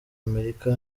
amerika